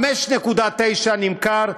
5.90 נמכר,